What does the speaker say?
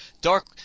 Dark